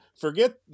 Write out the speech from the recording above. forget